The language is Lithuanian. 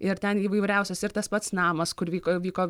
ir ten įvairiausios ir tas pats namas kur vyko vyko